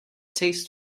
taste